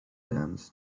dams